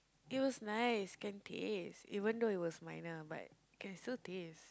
it was nice can taste even though it was mild ah but can still taste